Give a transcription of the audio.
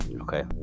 Okay